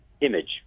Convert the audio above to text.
image